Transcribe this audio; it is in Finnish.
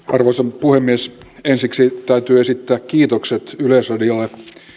arvoisa puhemies ensiksi täytyy esittää kiitokset yleisradion